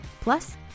Plus